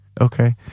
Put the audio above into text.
okay